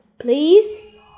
please